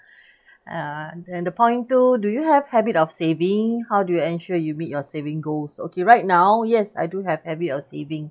uh then the point two do you have habit of saving how do you ensure you meet your saving goals okay right now yes I do have habit of saving